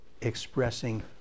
expressing